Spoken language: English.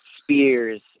Spears